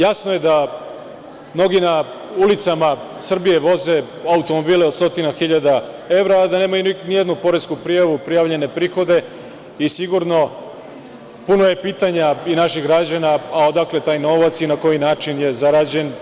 Jasno je da mnogi na ulicama Srbije voze automobile od stotinu hiljada evra a da nemaju nijednu poresku prijavu na prijavljene prihode i sigurno je puno pitanja naših građana – odakle taj novac i na koji način je zarađen?